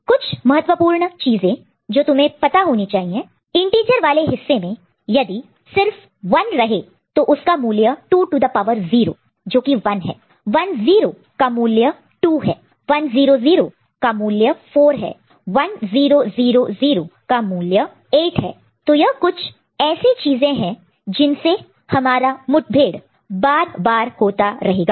कुछ महत्वपूर्ण चीजें जो तुम्हें पता होनी चाहिए इंटीजर वाले हिस्से में यदि सिर्फ 1 रहे तो उसका मूल्य 2 टू द पावर 0 जोकि 1 है 1 0 का मूल्य 2 है 1 0 0 का मूल्य 4 है 1 0 0 0 का मूल्य 8 है तो यह कुछ ऐसी चीजें हैं जिनसे हमारा मुठभेड़ एनकाउंटर encounter बार बार होता रहेगा